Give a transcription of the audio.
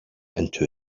into